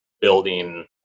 building